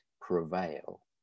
prevail